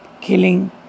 killing